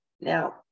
Now